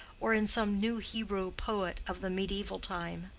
or in some new hebrew poet of the mediaeval time.